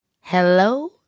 Hello